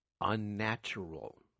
unnatural